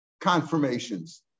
confirmations